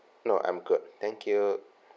no I'm good thank you